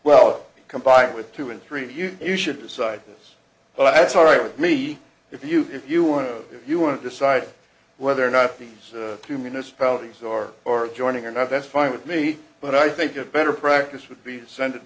well combined with two and three of you you should decide this but that's all right with me if you if you want to if you want to decide whether or not these two municipalities are for joining or not that's fine with me but i think it better practice would be send it